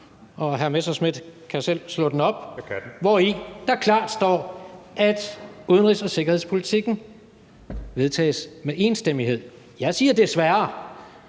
Morten Messerschmidt kan jo selv slå den op, hvori der klart står, at udenrigs- og sikkerhedspolitikken vedtages med enstemmighed. Jeg siger,